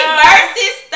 versus